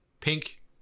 pink